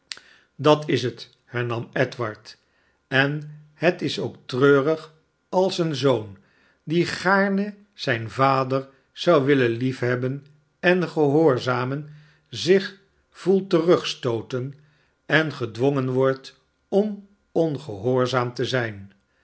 dat is het hernam edward sen het is ook treurig als een zoon die gaarne zijn vader zou willen liefhebben en gehoorzamen zich voelt terugstooten en gedwongen wordt om ongehoorzaam te zijn